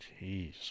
Jeez